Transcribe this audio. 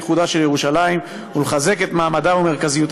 לנופש,